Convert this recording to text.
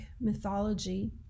mythology